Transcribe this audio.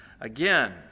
Again